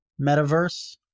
metaverse